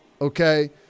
okay